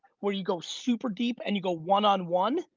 where you go super deep and you go one on one.